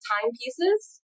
timepieces